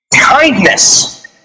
Kindness